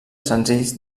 senzills